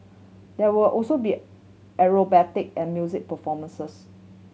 there will also be acrobatic and music performances